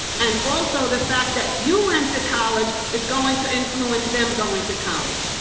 and also the fact that you went to college is going to influence them going to college.